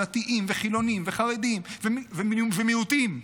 דתיים וחילונים וחרדים ומיעוטים,